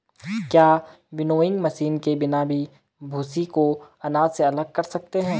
क्या winnowing machine के बिना भी भूसी को अनाज से अलग कर सकते हैं?